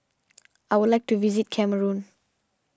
I would like to visit Cameroon